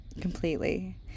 Completely